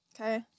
Okay